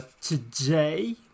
today